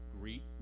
greet